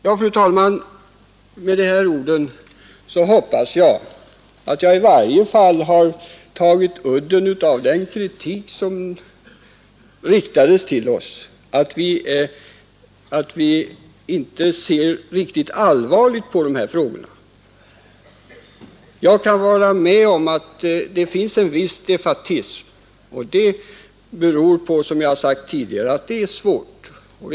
Ja, fru talman, med dessa ord hoppas jag att jag i varje fall har tagit udden av den kritik som riktas mot oss i socialutskottet för att vi inte ser riktigt allvarligt på dessa frågor. Jag kan hålla med om att det finns en viss defaitism, vilket beror på, som jag har sagt tidigare, att det är ett svårt problem.